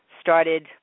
started